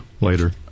later